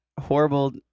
horrible